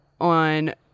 on